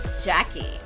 Jackie